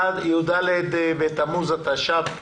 י"ד בתמוז התש"ף.